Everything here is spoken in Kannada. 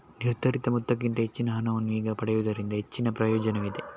ನಿರ್ಧರಿತ ಮೊತ್ತಕ್ಕಿಂತ ಹೆಚ್ಚಿನ ಹಣವನ್ನು ಈಗ ಪಡೆಯುವುದರಿಂದ ಹೆಚ್ಚಿನ ಪ್ರಯೋಜನವಿದೆ